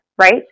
right